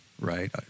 right